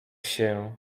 się